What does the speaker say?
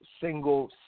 single